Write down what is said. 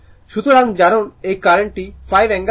সুতরাং জানুন এই কারেন্টটি 5 অ্যাঙ্গেল 45o